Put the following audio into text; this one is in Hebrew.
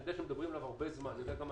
אני יודע שמדברים עליו הרבה זמן, גם מהתקשורת,